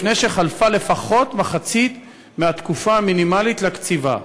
לפני שחלפה לפחות מחצית מהתקופה המינימלית לקציבה,